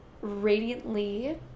Radiantly